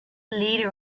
leader